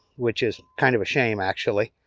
which is kind of a shame, actually.